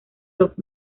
top